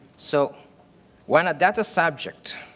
so when that subject